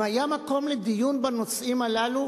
אם היה מקום לדיון בנושאים הללו,